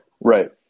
Right